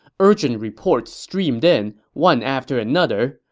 urgent reports streamed in, one after another.